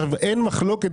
אין מחלוקת,